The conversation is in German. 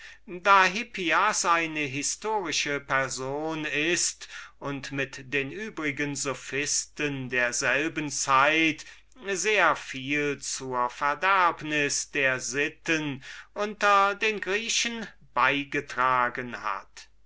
da hippias bekannter maßen eine historische person ist und mit den übrigen sophisten derselben zeit sehr vieles zur verderbnis der sitten unter den griechen beigetragen hat